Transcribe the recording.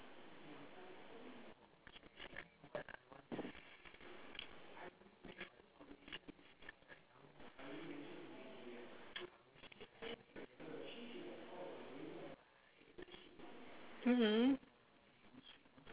mm mm